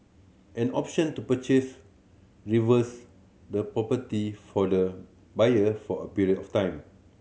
an option to purchase reverse the property for the buyer for a period of time